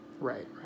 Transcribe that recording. right